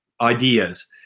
ideas